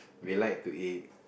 we like to eat